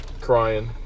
crying